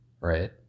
Right